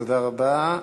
תודה רבה.